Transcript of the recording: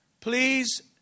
please